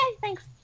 Thanks